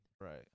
Right